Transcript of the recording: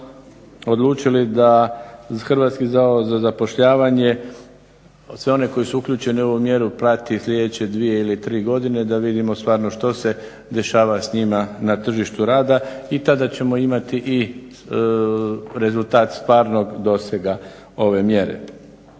Stoga smo odlučili da HZZ sve one koji su uključeni u ovu mjeri prati sljedeće dvije ili tri godine da vidimo stvarno što se dešava s njima na tržištu rada i tada ćemo imati i rezultat stvarnog dosega ove mjere.